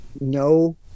No